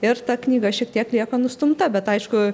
ir ta knyga šiek tiek lieka nustumta bet aišku